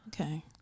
Okay